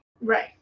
Right